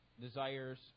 desires